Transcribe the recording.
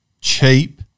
cheap